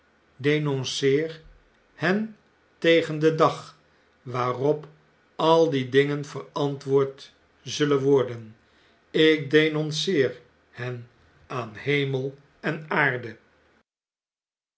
hen tegen den dag waarop al diedingen verantwoora zullen worden ik denonceer hen aan hemel en aarde